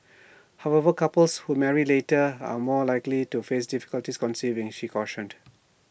however couples who marry later are more likely to face difficulties conceiving she cautioned